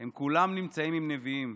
הם כולם נמצאים עם נביאים,